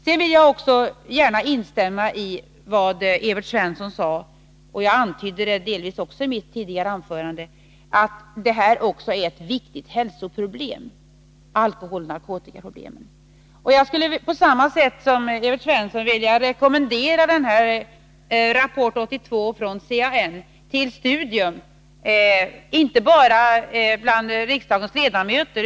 Jag vill också gärna instämma i vad Evert Svensson sade, som jag delvis antydde i mitt tidigare anförande, nämligen att alkoholoch narkotikaproblemet också är ett viktigt hälsoproblem. Jag skulle på samma sätt som Evert Svensson vilja rekommendera rapport 82 från CAN till studium inte bara bland riksdagens ledamöter.